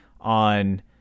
on